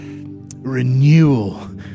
renewal